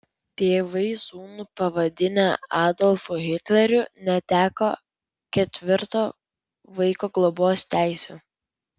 tėvai sūnų pavadinę adolfu hitleriu neteko ketvirto vaiko globos teisių